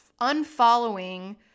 unfollowing